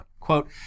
Quote